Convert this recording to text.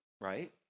right